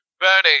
Bernie